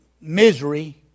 misery